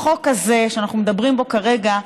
החוק הזה שאנחנו מדברים בו כרגע,